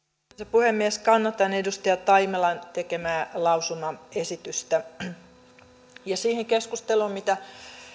puhemies kannatan edustaja taimelan tekemää lausumaesitystä siihen keskusteluun mitä